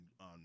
on